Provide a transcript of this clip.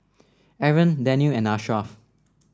Aaron Daniel and Ashraf